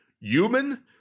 human